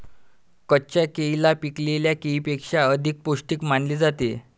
कच्च्या केळीला पिकलेल्या केळीपेक्षा अधिक पोस्टिक मानले जाते